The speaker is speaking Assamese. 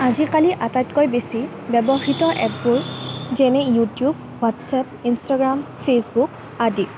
আজিকালি আটাইতকৈ বেছি ব্যৱহৃত এপবোৰ যেনে ইউটিউব হোৱাটছএপ ইন্ষ্টাগ্ৰাম ফেচবুক আদি